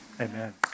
Amen